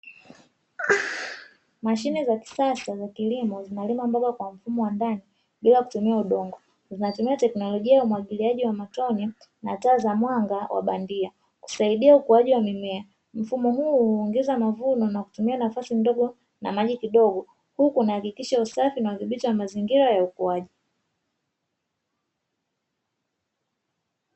Mashine za kisasa za kilimo zinalima mboga kwa mfumo wa ndani bila kutumia udongo, zinatumia teknolojia ya umwagiliaji wa matone na taa za mwanga wa bandia kusaidia ukuaji wa mimea. Mfumo huu huongeza mavuno na kutumia nafasi ndogo na maji kidogo, huku inahakikisha usafi na udhibiti wa mazingira ya ukuaji.